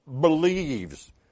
believes